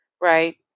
right